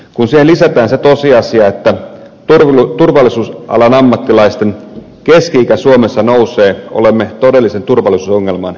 kun siihen lisätään se tosiasia että turvallisuusalan ammattilaisten keski ikä suomessa nousee olemme todellisen turvallisuusongelman edessä